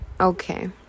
okay